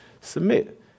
submit